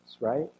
right